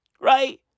right